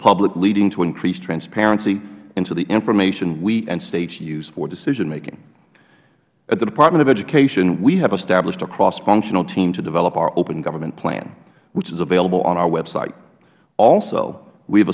public leading to increased transparency and to the information we and states use for decision making at the department of education we have established a cross functional team to develop our open government plan which is available on our website also we have